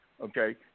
okay